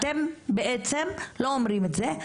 אתם בעצם לא אומרים את זה,